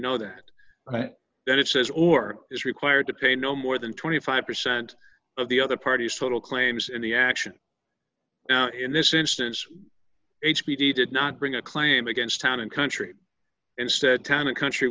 know that then it says or is required to pay no more than twenty five percent of the other parties total claims in the action now in this instance h p t did not bring a claim against town and country and said town and country